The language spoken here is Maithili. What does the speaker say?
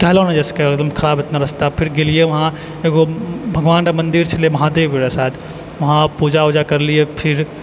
बतायेलो नहि जा सकै यऽ एकदम खराब एतना रास्ता फेर गेलियै वहाँ भगवानके मन्दिर छलै महादेव रहै शायद